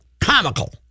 comical